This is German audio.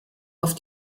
auf